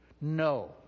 No